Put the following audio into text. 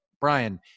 Brian